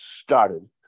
started